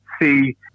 see